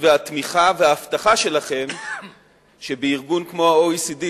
והתמיכה וההבטחה שלכם שבארגון כמו ה-OECD,